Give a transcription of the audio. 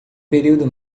período